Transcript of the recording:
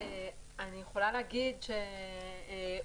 בבקשה.